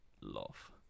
love